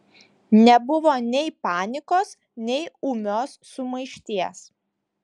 nebuvo nei panikos nei ūmios sumaišties